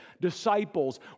disciples